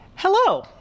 Hello